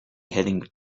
heading